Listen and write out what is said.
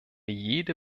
jede